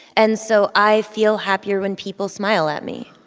and so i feel happier when people smile at me.